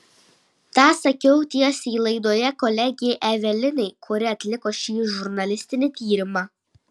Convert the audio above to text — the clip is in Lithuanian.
tą sakiau tiesiai laidoje kolegei evelinai kuri atliko šį žurnalistinį tyrimą